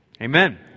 Amen